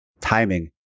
Timing